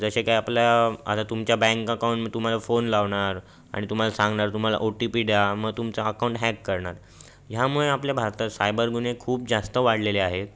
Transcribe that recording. जसे का आपल्या आता तुमच्या बँक अकाउंट मग तुम्हाला फोन लावणार आणि तुम्हाला सांगणार तुम्हाला ओ टी पी द्या मग तुमचं अकाउंट हॅक करणार ह्यामुळे आपल्या भारतात सायबर गुन्हे खूप जास्त वाढलेले आहेत